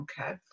Okay